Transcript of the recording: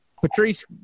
Patrice